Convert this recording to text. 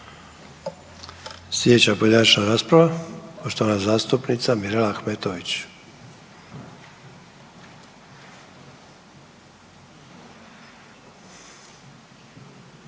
Slijedeća pojedinačna rasprava poštovana zastupnica Mirela Ahmetović.